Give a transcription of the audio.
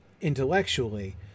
intellectually